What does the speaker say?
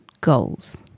goals